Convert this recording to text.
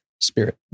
spirit